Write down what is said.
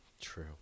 true